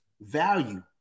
value